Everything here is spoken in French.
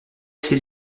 ses